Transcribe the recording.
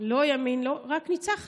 לא ימין, לא, רק ניצחנו.